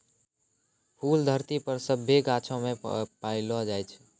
फूल धरती पर सभ्भे गाछौ मे पैलो जाय छै